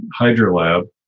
Hydrolab